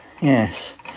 yes